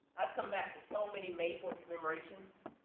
i've come back to so many may fourth commemorations,